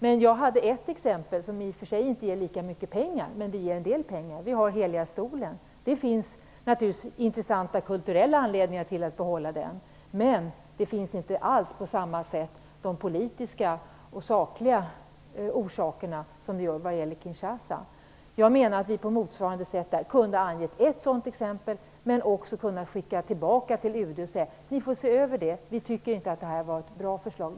Men jag hade ett exempel. Det ger i och för sig inte lika mycket pengar. Men det ger en del pengar. Vi har Heliga stolen. Det finns naturligtvis intressanta kulturella anledningar till att behålla den, men de politiska och sakliga orsakerna finns inte alls på samma sätt som vad gäller Kinshasa. Jag menar att vi på motsvarande sätt kunde ha angett ett sådant exempel. Men vi hade också kunnat skicka tillbaka förslaget till UD och sagt: Ni får se över det. Vi tycker inte att det här var ett bra förslag.